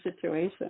situation